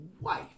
wife